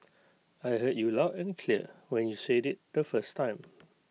I heard you loud and clear when you said IT the first time